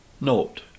NOTE